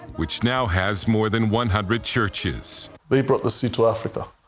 which now has more than one hundred churches. they brought the city to africa,